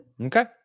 Okay